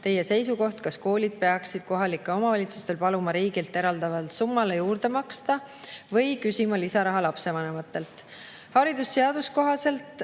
Teie seisukoht, kas koolid peaksid kohalikel omavalitsustel paluma riigilt eraldatavale summale juurde maksma või küsima lisaraha lapsevanematelt?" Haridusseaduse kohaselt